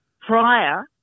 prior